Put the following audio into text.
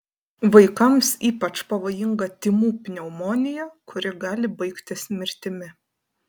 vaikams ypač pavojinga tymų pneumonija kuri gali baigtis mirtimi